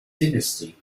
dynasty